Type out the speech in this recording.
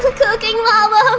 ah cooking mama